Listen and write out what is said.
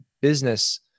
business